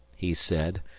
he said,